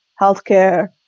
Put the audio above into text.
healthcare